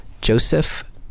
Joseph